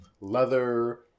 leather